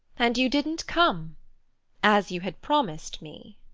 and you didn't come as you had promised me.